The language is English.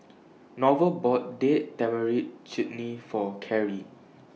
Norval bought Date Tamarind Chutney For Karri